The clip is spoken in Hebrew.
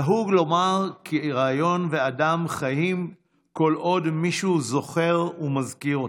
נהוג לומר כי רעיון ואדם חיים כל עוד מישהו זוכר ומזכיר אותם.